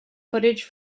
footage